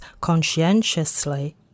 conscientiously